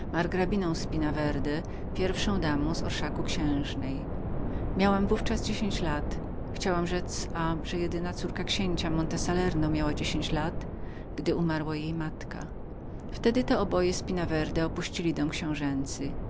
margrabiną spinawerde pierwszą damą z orszaku księżnej miałam w ówczas dziesięć lat chciałam rzec że jedyna córka księcia monte salerno miała w ówczas dziesięć lat wtedy to oboje spinawerde opuścili dom książęcy